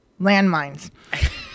landmines